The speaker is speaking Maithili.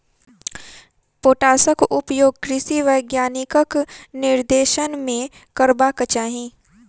पोटासक उपयोग कृषि वैज्ञानिकक निर्देशन मे करबाक चाही